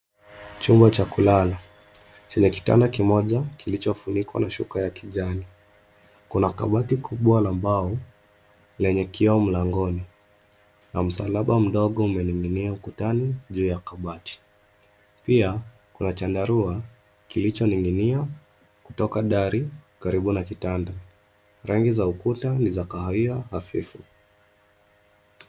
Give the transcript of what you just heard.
Chumba cha kulala chenye kitanda kimoja kilichofunikwa na shuka ya kijani. Kuna kabati kubwa la mbao lenye kioo mlangoni na msalaba mdogo umening'inia ukutani, juu ya kabati. Pia kuna chandarua kilichoning'inia kutoka dari karibu na kitanda. Rangi za ukuta ni za kahawia hafifu.